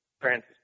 Francis